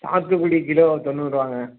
சாத்துக்குடி கிலோ தொண்ணூறுபாங்க